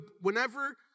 whenever